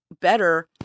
better